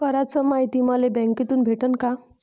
कराच मायती मले बँकेतून भेटन का?